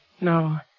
No